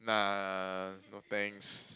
nah no thanks